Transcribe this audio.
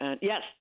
Yes